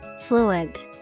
Fluent